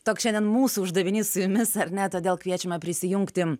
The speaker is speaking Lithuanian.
toks šiandien mūsų uždavinys su jumis ar ne todėl kviečiame prisijungti